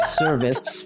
service